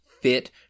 fit